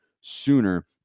sooner